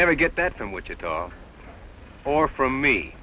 never get that from wichita or from me